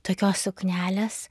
tokios suknelės